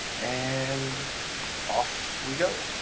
and off we go.